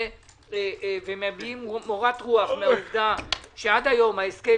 אנחנו מביעים מורת רוח מהעובדה שעד היום ההסכם